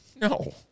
No